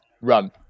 run